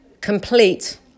complete